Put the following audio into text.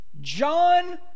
John